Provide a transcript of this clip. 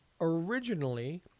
originally